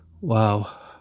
Wow